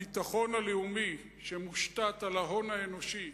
הביטחון הלאומי שמושתת על ההון האנושי,